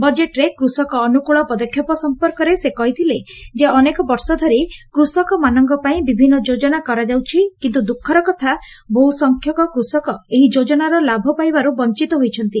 ବଜେଟରେ କୃଷକ ଅନୁକୂଳ ପଦକ୍ଷେପ ସମ୍ମର୍କରେ ସେ କହିଥିଲେ ଯେ ଅନେକ ବର୍ଷ ଧରି କୁଷକମାନଙ୍କ ପାଇଁ ବିଭିନ୍ ଯୋଜନା କରାଯାଉଛି କିନ୍ତୁ ଦୁଖର କଥା ବହୁସଂଖ୍ୟକ କୁଷକ ଏହି ଯୋଜନାର ଲାଭ ପାଇବାରୁ ବଂଚିତ ହୋଇଛନ୍ତି